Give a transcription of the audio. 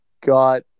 got